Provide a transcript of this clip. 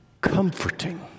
comforting